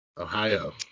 Ohio